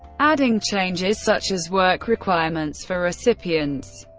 adding changes such as work requirements for recipients.